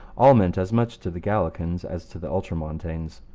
all meant as much to the gallican as to the ultramontane.